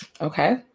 Okay